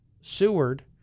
Seward